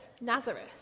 Nazareth